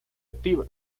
activa